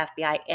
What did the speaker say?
FBI